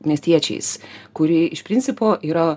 miestiečiais kuri iš principo yra